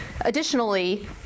Additionally